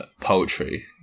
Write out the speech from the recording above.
poetry